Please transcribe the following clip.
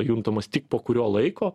juntamas tik po kurio laiko